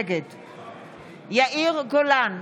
נגד יאיר גולן,